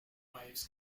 waves